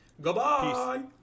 Goodbye